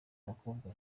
abakobwa